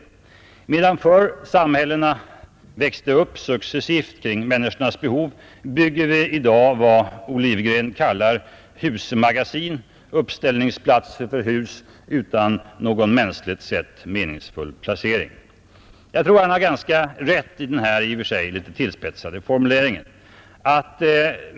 Medan förr samhällena växte upp successivt kring människornas behov, bygger vi i dag vad Olivegren kallar ”husmagasin”, uppställningsplatser för hus utan någon mänskligt sett meningsfull placering. Jag tror att han har ganska rätt.